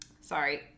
Sorry